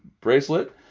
bracelet